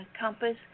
compass